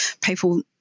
people